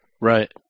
Right